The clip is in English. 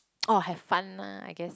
orh have fun la I guess